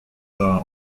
are